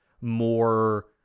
more